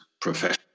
profession